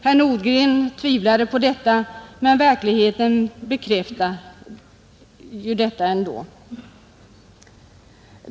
Herr Nordgren tvivlade på det påståendet, men verkligheten bekräftar riktigheten av det.